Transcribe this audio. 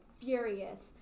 furious